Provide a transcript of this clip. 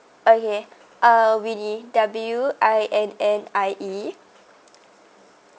okay uh winnie W I N N I E